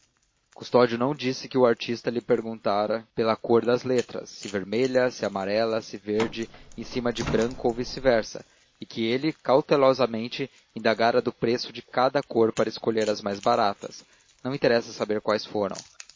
custódio não disse que o artista lhe perguntara pela cor das letras se vermelha se amarela se verde em cima de branco ou vice-versa e que ele cautelosamente indagara do preço de cada cor para escolher as mais baratas não interessa saber quais foram